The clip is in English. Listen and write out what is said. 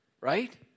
right